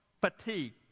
fatigue